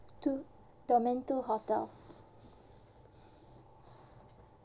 two domain two hotel